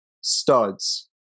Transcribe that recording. studs